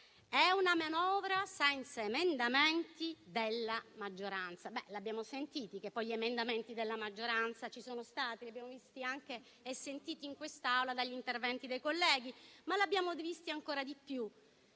è una manovra senza emendamenti della maggioranza. Beh, l'abbiamo sentito che poi gli emendamenti della maggioranza ci sono stati, li abbiamo visti e sentiti in quest'Aula dagli interventi dei colleghi, ma li abbiamo visti ancora di più